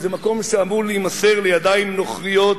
וזה מקום שאמור להימסר לידיים נוכריות